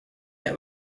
that